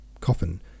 coffin